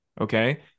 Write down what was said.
Okay